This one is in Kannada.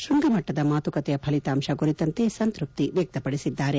ಶೃಂಗಮಟ್ಟದ ಮಾತುಕತೆಯ ಫಲಿತಾಂಶ ಕುರಿತಂತೆ ಸಂತೃಪ್ತಿ ವ್ಯಕ್ತಪಡಿಸಿದ್ದಾರೆ